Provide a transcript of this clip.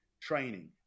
training